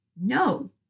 No